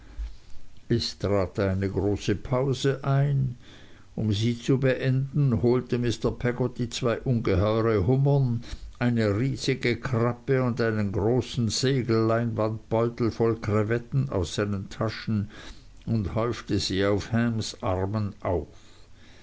trat eine große pause ein um sie zu beenden holte mr peggotty zwei ungeheure hummern eine riesige krabbe und einen großen segelleinwandbeutel voll crevetten aus seinen taschen und häufte sie auf hams armen auf